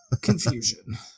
Confusion